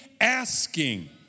asking